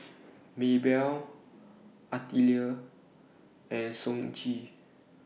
Maebell Artelia and Sonji